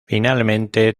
finalmente